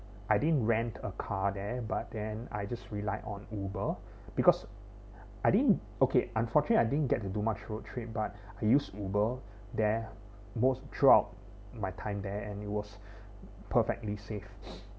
I didn't rent a car there but then I just rely on uber because I didn't okay unfortunately I didn't get to do much road trip but I use uber there most throughout my time there and it was perfectly safe